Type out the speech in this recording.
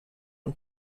und